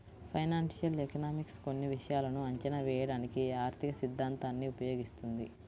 financial economics కొన్ని విషయాలను అంచనా వేయడానికి ఆర్థికసిద్ధాంతాన్ని ఉపయోగిస్తుంది